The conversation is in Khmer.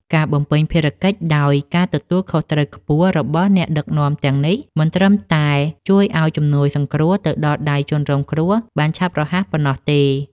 ការបំពេញភារកិច្ចដោយការទទួលខុសត្រូវខ្ពស់របស់អ្នកដឹកនាំទាំងនេះ មិនត្រឹមតែជួយឱ្យជំនួយសង្គ្រោះទៅដល់ដៃជនរងគ្រោះបានឆាប់រហ័សប៉ុណ្ណោះទេ។